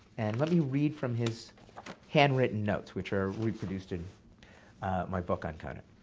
and let me read from his handwritten notes, which are reproduced in my book on conant.